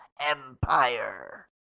Empire